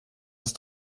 ist